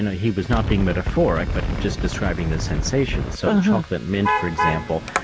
he was not being metaphoric but just describing the sensations. so chocolate mint, for example,